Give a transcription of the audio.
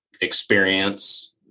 experience